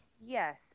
Yes